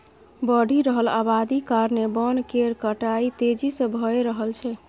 बढ़ि रहल अबादी कारणेँ बन केर कटाई तेजी से भए रहल छै